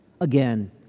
Again